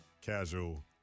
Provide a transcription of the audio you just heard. casual